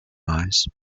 eyes